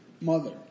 mother